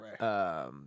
right